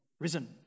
risen